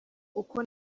uko